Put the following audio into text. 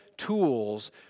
tools